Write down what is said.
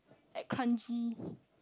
at Kranji